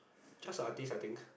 just a artist I think